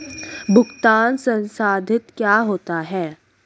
भुगतान संसाधित क्या होता है?